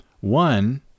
one